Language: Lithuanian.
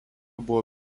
buvo